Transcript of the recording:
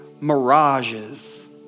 mirages